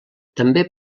també